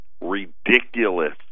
ridiculous